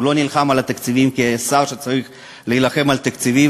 הוא לא נלחם על התקציבים כשר שצריך להילחם על תקציבים,